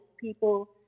people